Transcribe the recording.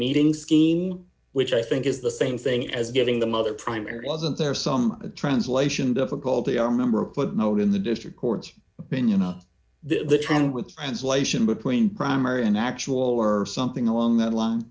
meeting scheme which i think is the same thing as giving the mother primary wasn't there some translation difficulty or member a footnote in the district court's opinion of the ten with translation between primer and actual or something along that line